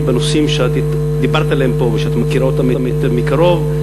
בנושאים שדיברת עליהם פה ושאת מכירה אותם היטב מקרוב,